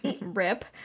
rip